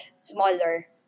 smaller